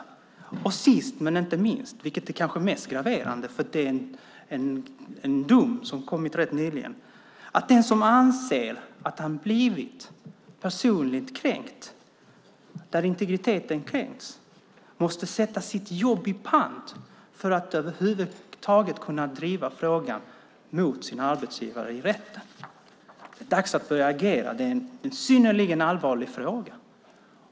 Sist men inte minst, vilket kanske är mest graverande för att det är en dom som kom rätt nyligen, är det helt i sin ordning att den som anser att hans integritet kränkts måste sätta sitt jobb i pant för att över huvud taget kunna driva frågan mot sin arbetsgivare i rätten. Det är dags att börja agera, för det är en synnerligen allvarlig fråga.